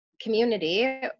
community